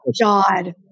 god